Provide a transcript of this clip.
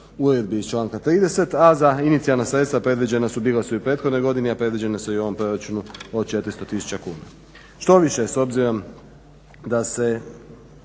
uredbi iz članka 30., a za inicijalna sredstva predviđena su, bila su i u prethodnoj godini, a predviđena su i u ovom proračunu od 400 tisuća kuna. Štoviše, s obzirom da se